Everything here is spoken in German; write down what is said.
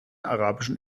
arabischen